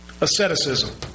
asceticism